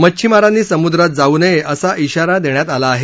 मच्छिमारांनी समुद्रात जाऊ नये असा शिवारा देण्यात आला आहे